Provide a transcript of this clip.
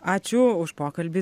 ačiū už pokalbį